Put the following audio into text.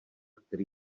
který